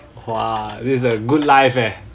!wah! this is a good life eh